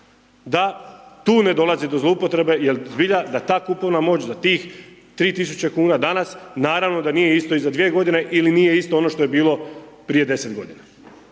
Da tu ne dolazi do zlouporabe jel zbilja da ta kupovna moć za tih 3.000 kuna danas naravno da nije isto i za 2 godine ili nije isto ono što je bilo prije 10 godina.